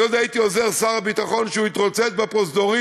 אני עוד הייתי עוזר שר הביטחון כשהוא התרוצץ בפרוזדורים